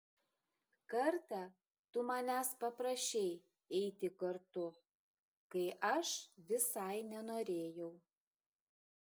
kartą tu manęs paprašei eiti kartu kai aš visai nenorėjau